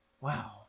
Wow